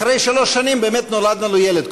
אחרי שלוש שנים באמת נולד לנו ילד.